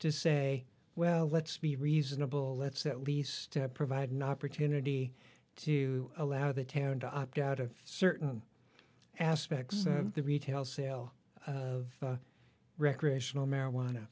to say well let's be reasonable let's at least provide an opportunity to allow the town to opt out of certain aspects of the retail sale of recreational marijuana